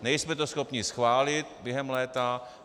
Nejsme to schopni schválit během léta.